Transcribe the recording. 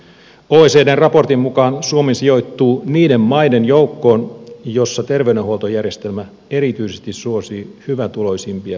oecdn raportin mukaan suomi sijoittuu niiden maiden joukkoon joissa terveydenhuoltojärjestelmä erityisesti suosii hyvätuloisimpia kansalaisia